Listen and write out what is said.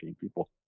people